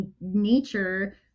nature